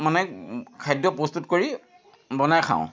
মানে খাদ্য প্ৰস্তুত কৰি বনাই খাওঁ